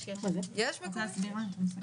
במקום סעיף קטן י',